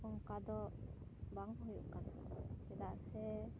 ᱚᱱᱠᱟ ᱫᱚ ᱵᱟᱝ ᱦᱩᱭᱩᱜ ᱠᱟᱱᱟ ᱪᱮᱫᱟᱜ ᱥᱮ